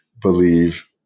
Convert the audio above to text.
believe